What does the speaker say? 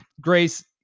Grace